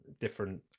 different